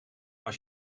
als